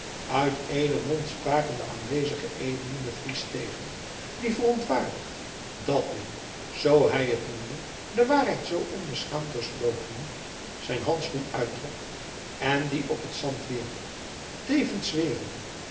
uit éénen mond spraken de aanwezige edelen den fries tegen die verontwaardigd dat men zoo hij t noemde de waarheid zoo onbeschaamd dorst loochenen zijn handschoen uittrok en dien op het zand wierp tevens zwerende